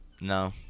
No